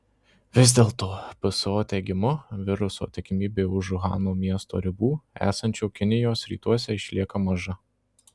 vis dėl to pso teigimu viruso tikimybė už uhano miesto ribų esančio kinijos rytuose išlieka maža